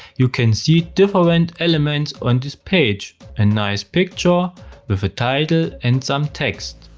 you can see different elements on this page, a nice picture with a title and some text,